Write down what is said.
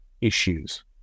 issues